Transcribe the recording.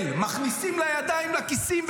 אתם אפילו לא יודעים להגיד את השם שלהם.